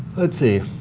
let's see,